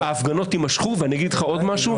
ההפגנות יימשכו ואני אגיד לך עוד משהו,